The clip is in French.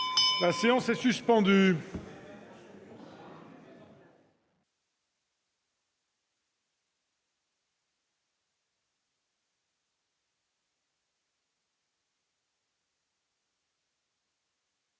La séance est suspendue.